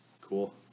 Cool